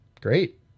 Great